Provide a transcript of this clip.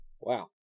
Wow